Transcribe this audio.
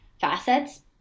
facets